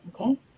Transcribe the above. okay